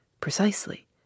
Precisely